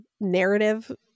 narrative